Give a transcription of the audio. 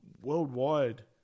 worldwide